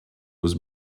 was